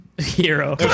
Hero